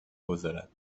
گذرد